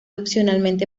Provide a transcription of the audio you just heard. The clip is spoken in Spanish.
opcionalmente